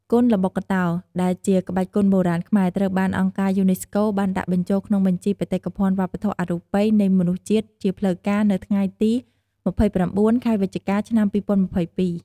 គុនល្បុក្កតោ ដែលជាក្បាច់គុនបុរាណខ្មែរ ត្រូវបានអង្គការយូណេស្កូបានដាក់បញ្ចូលក្នុងបញ្ជីបេតិកភណ្ឌវប្បធម៌អរូបីនៃមនុស្សជាតិជាផ្លូវការ នៅថ្ងៃទី ២៩ ខែវិច្ឆិកា ឆ្នាំ២០២២។